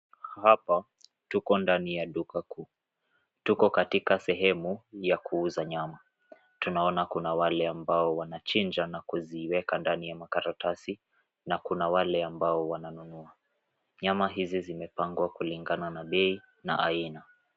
Hapa tuko ndani ya duka kuu tuko katika sehemu ya kuuza nyama. tunaona kuna wale ambao wanachinja na kuziweka ndani ya makaratasi na kuna wale ambao wananunua. Nyama hizi zimepangwa kulingana na bei na aina